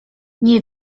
nie